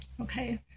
Okay